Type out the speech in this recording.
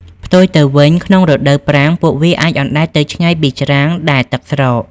ផ្ទុយទៅវិញ ក្នុងរដូវប្រាំង ពួកវាអាចអណ្ដែតទៅឆ្ងាយពីច្រាំងដែលទឹកស្រក។